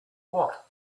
what